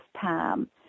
time